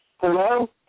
Hello